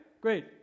Great